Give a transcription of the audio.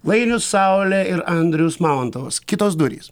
vainius saulė ir andrius mamontovas kitos durys